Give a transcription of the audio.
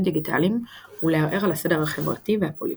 דיגיטליים ולערער על הסדר החברתי והפוליטי.